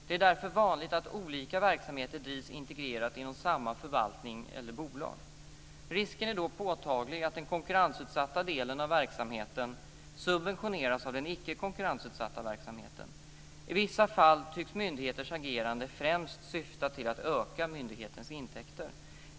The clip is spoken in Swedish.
Det är därför vanligt att olika verksamheter drivs integrerat inom samma förvaltning eller bolag. Risken är då påtaglig att den konkurrensutsatta delen av verksamheten subventioneras av den icke konkurrensutsatta verksamheten. I vissa fall tycks myndigheters agerande främst syfta till att öka myndighetens intäkter.